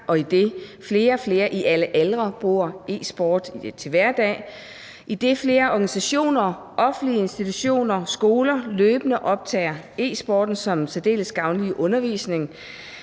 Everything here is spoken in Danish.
idet flere og flere – i alle aldre – bruger e-sport til hverdag, idet flere organisationer, offentlige institutioner og skoler løbende optager e-sporten som særdeles gavnlig i undervisningen,